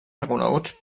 reconeguts